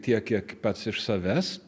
tiek kiek pats iš savęs